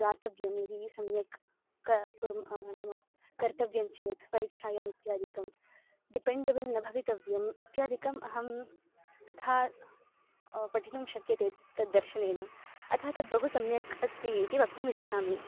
दातव्यं यदि सम्यक् किं कुर्मः नाम कर्तव्यञ्चेत् परीक्षायाम् इत्यादिकं डिपेण्डेबल् न भवितव्यम् इत्यादिकम् अहं तथा पठितुं शक्यते तद् दर्शनेन अतः तद् बहु सम्यक् अस्ति इति वक्तुम् इच्छामि